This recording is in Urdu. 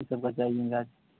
یہ سب کا چاہیے